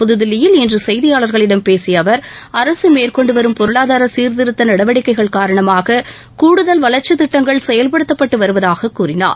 புதுதில்லியில் இன்று செய்தியாளர்களிடம் பேசிய அவர் அரசு மேற்கொண்டு வரும் பொருளாதார சீர்திருத்த நடவடிக்கைகள் காரணமாக கூடுதல் வளர்ச்சித் திட்டங்கள் செயல்படுத்தப்பட்டு வருவதாகக் கூறினார்